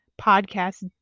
podcast